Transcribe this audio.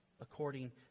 according